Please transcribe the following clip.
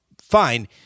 fine